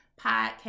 podcast